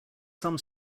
some